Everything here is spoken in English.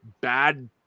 bad